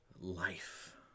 life